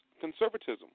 conservatism